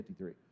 53